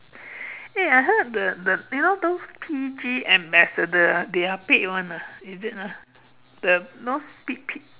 eh I heard the the you know those P_G ambassador ah they are paid [one] ah is it ah the you know P~ P~